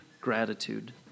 gratitude